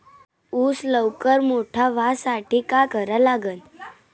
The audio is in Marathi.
ऊस लवकर मोठा व्हासाठी का करा लागन?